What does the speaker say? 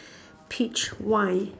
peach wine